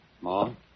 Mom